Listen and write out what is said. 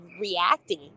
reacting